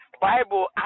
Bible